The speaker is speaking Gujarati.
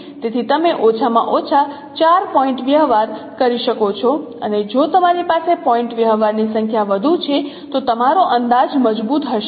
તેથી તમે ઓછામાં ઓછા 4 પોઇન્ટ વ્યવહાર કરી શકો છો અને જો તમારી પાસે પોઇન્ટ વ્યવહારની સંખ્યા વધુ છે તો તમારો અંદાજ મજબૂત હશે